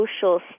social